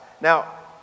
Now